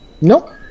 Nope